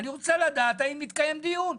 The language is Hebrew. אני רוצה לדעת האם התקיים דיון.